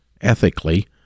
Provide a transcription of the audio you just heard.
ethically